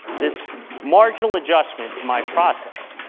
this marginal adjustment to my process.